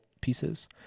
pieces